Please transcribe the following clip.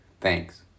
Thanks